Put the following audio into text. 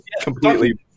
completely